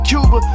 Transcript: Cuba